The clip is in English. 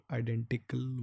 identical